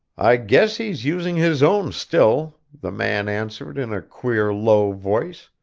i guess he's using his own still, the man answered, in a queer, low voice.